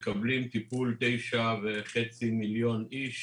ושם מקבלים טיפול 9.5 מיליון אנשים.